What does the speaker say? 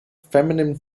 feminine